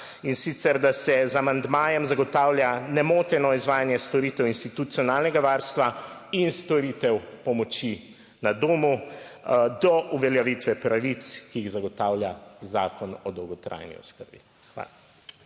in sicer, da se z amandmajem zagotavlja nemoteno izvajanje storitev institucionalnega varstva in storitev pomoči na domu do uveljavitve pravic, ki jih zagotavlja Zakon o dolgotrajni oskrbi. Hvala.